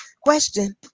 Question